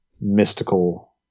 mystical